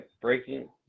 breaking